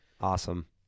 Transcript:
Awesome